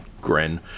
grin